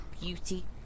beauty